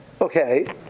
Okay